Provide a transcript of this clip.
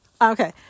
Okay